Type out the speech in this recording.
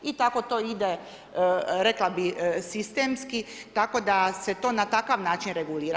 I tako to ide, rekla bih sistemski, tako da se to na takav način regulira.